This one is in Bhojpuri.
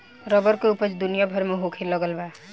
रबर के ऊपज दुनिया भर में होखे लगल बा